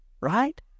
right